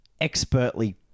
expertly